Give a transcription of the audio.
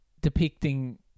depicting